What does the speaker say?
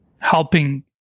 helping